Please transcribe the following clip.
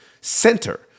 center